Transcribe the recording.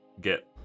get